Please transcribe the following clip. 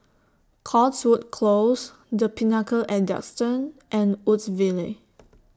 Cotswold Close The Pinnacle At Duxton and Woodsville